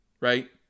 Right